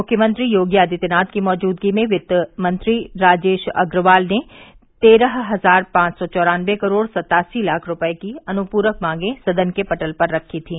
मुख्यमंत्री योगी आदित्यनाथ की मौजूदगी में वित्त मंत्री राजेश अग्रवाल ने तेरह हजार पांच सौ चौरानवे करोड़ सत्तासी लाख रूपये की अनुप्रक मांगे सदन के पटल पर रखी थी